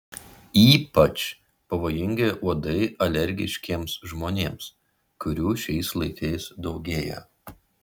ypač pavojingi uodai alergiškiems žmonėms kurių šiais laikais daugėja